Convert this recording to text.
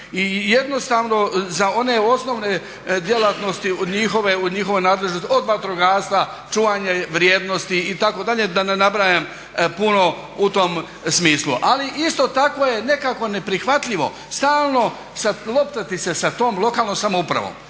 I jednostavno za one osnovne djelatnosti njihove u njihovoj nadležnosti od vatrogastva, čuvanja vrijednosti itd., da ne nabrajam puno u tom smislu. Ali isto tako je nekako neprihvatljivo stalno loptati se sa tom lokalnom samoupravom